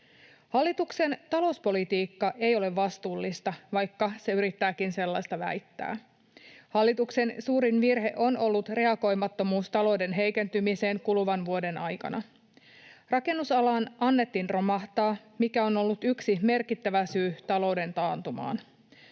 Hallituksen talouspolitiikka ei ole vastuullista, vaikka se yrittääkin sellaista väittää. Hallituksen suurin virhe on ollut reagoimattomuus talouden heikentymiseen kuluvan vuoden aikana. Rakennusalan annettiin romahtaa, mikä on ollut yksi merkittävä syy talouden taantumaan.